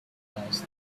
that